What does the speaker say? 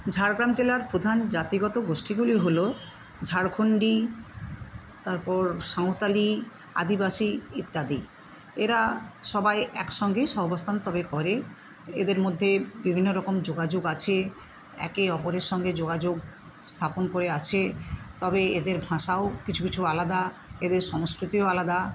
ঝাড়গ্রাম জেলার প্রধান জাতিগত গোষ্ঠীগুলি হলো ঝাড়খন্ডী তারপর সাঁওতালি আদিবাসী ইত্যাদি এরা সবাই একসঙ্গে সহাবস্তান্তরে করে এদের মধ্যে বিভিন্ন রকম যোগাযোগ আছে একে অপরের সঙ্গে যোগাযোগ স্থাপন করে আছে তবে এদের ভাষাও কিছু কিছু আলাদা এদের সংস্কৃতিও আলাদা